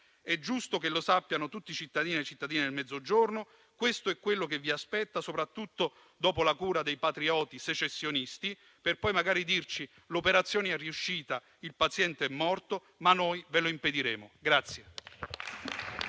È giusto che lo sappiano tutti i cittadini e i cittadini nel Mezzogiorno: questo è quello che vi aspetta, soprattutto dopo la cura dei patrioti secessionisti. Poi magari ci diranno: l'operazione è riuscita, il paziente è morto; ma noi glielo lo impediremo.